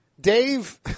Dave